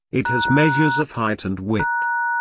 it has measures of height and width.